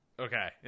okay